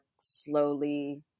slowly